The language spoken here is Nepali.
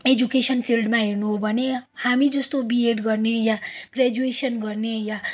एजुकेसन फिल्डमा हेर्नु हो भने हामी जस्तो बिएड गर्ने या ग्रेजुवेसन गर्ने या